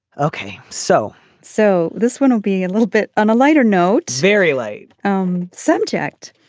ok so so this will be a little bit on a lighter note very light um subject.